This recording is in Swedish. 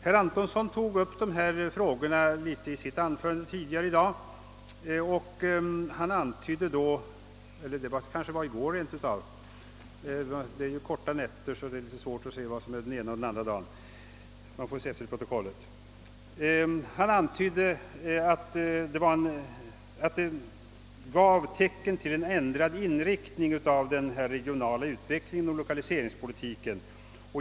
Herr Antonsson tog upp dessa frågor i sitt tidigare anförande i dag — eller det kanske rentav var i går; remissdebatter består av långa dagar och korta nätter, så det är litet svårt att veta om något sades den ena eller den andra dagen. Han antydde att det fanns tecken på en ändrad inriktning av den regionala utvecklingen av lokaliseringspolitiken.